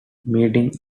meetings